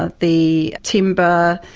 ah the timber,